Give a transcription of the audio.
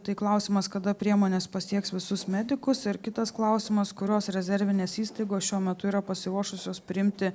tai klausimas kada priemonės pasieks visus medikus ir kitas klausimas kurios rezervinės įstaigos šiuo metu yra pasiruošusios priimti